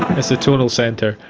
as the tonal centre,